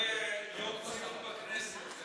זה יום לציון בכנסת,